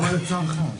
למה לצערך?